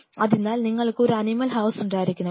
അതിനാൽ നിങ്ങൾക്ക് ഒരു അനിമൽ ഹൌസ് ഉണ്ടായിരിക്കണം